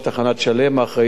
האחראית לאזור.